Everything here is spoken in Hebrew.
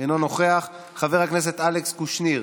אינו נוכח, חבר הכנסת אלכס קושניר